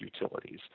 utilities